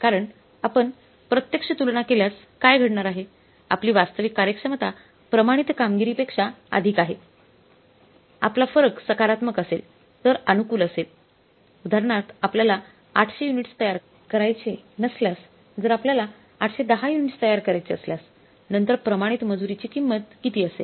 कारण आपण प्रत्यक्ष तुलना केल्यास काय घडणार आहे आपली वास्तविक कार्यक्षमता प्रमाणित कामगिरीपेक्षा अधिक आहे आपला फरक सकारात्मक असेल तर अनुकूल असेल उदाहरणार्थ आपल्याला 800 युनिट्स तयार करायचे नसल्या जर आपल्याला 810 युनिट्स तयार करायचे असल्यास नंतर प्रमाणित मजुरीची किंमत किती असेल